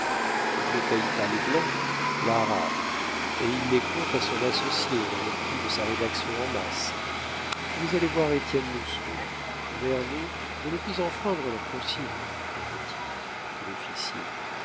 il ne paye pas les blancs l'arabe et il les compte à son associé dans le prix de sa rédaction en masse je vais aller voir étienne lousteau vernou je ne puis enfreindre la consigne mon petit dit l'officier